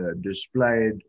displayed